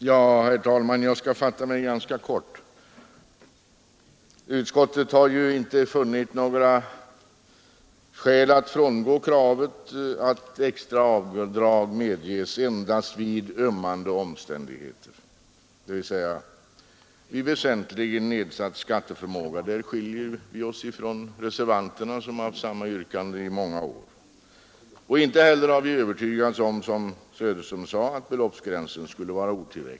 Herr talman! Jag skall fatta mig ganska kort. Utskottet har inte funnit skäl att frångå uppfattningen att extra avdrag bör medges endast när ömmande omständigheter föreligger, dvs. vid väsentligen nedsatt skatteförmåga. Där skiljer vi oss från reservanterna, som framställt samma yrkande under många år. Inte heller har vi övertygats om att beloppet som sådant, som herr Söderström sade, skulle ligga för lågt.